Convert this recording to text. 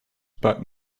but